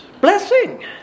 Blessing